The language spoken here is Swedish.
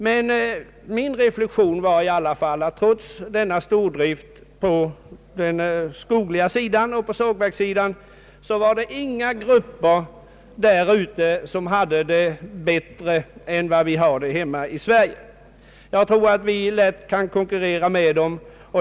Min reflexion var att trots denna storlek på den skogliga sidan och sågverkssidan, så fanns det inga grupper där ute som hade det bättre än vi har hemma i Sverige. Jag tror att vi lätt kan konkurrera med dem.